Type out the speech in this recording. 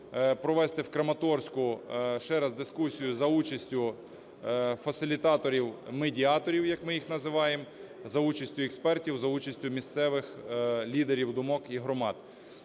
провести в Краматорську ще раз дискусію за участю фасилітаторів – медіаторів, як ми їх називаємо, за участю експертів, за участю місцевих лідерів думок і громад.